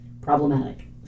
problematic